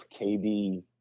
KD